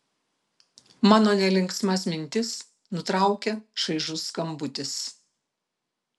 mano nelinksmas mintis nutraukia šaižus skambutis